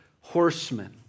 horsemen